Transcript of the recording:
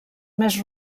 més